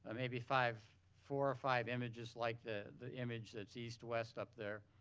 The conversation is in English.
ah maybe five four or five images like the the image that seize to west up there.